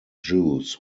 jews